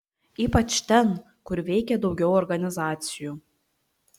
ypač ten kur veikė daugiau organizacijų